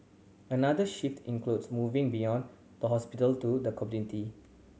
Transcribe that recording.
another shift includes moving beyond the hospital to the community